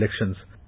elections